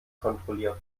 kontrolliert